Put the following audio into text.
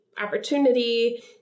opportunity